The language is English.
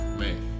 man